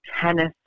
tennis